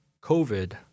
COVID